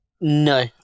No